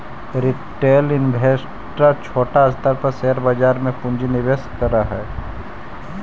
retail investor छोटा स्तर पर शेयर बाजार में पूंजी निवेश करऽ हई